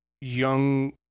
young